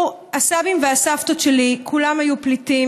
הסבים והסבתות שלי, כולם היו פליטים.